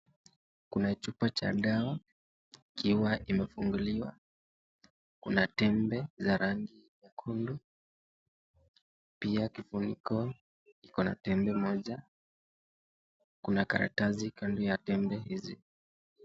Kuna chupa cha dawa ikiwa imefunguliwa, kuna tembe za rangi nyekundu pia kifuniko iko na tembe moja, kuna karatasi kando ya tembe hizi.